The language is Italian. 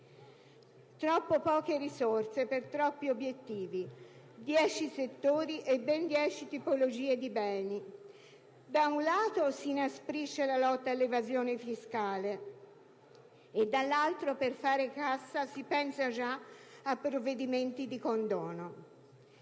troppo poche risorse per troppi obiettivi. Sono indicati dieci settori e ben dieci tipologie di beni. Da un lato, si inasprisce la lotta all'evasione fiscale; dall'altro, per fare cassa, si pensa già a provvedimenti di condono.